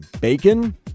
bacon